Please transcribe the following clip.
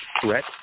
threat